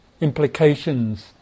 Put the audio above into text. implications